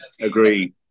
agree